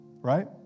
Right